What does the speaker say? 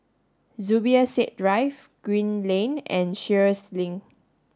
Zubir Said Drive Green Lane and Sheares Link